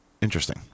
Interesting